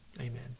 Amen